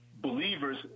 believers